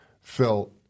felt